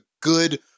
good